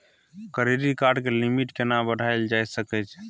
Credit card के limit केना बढायल जा सकै छै?